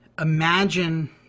imagine